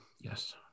yes